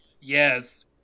yes